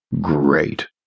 Great